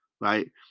right